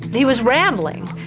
he was rambling.